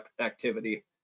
activity